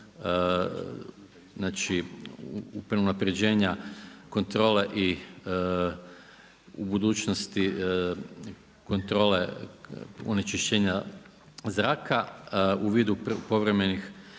znači, unaprijeđena, kontrole i u budućnosti kontrole onečišćenja zraka u vidu povremenih